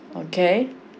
okay